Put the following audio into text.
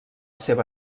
seva